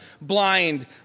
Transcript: blind